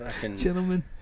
Gentlemen